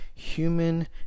human